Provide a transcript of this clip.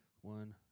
One